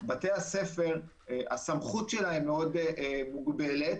סמכות בתי הספר היא מאוד מוגבלת